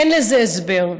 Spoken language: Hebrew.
אין לזה הסבר.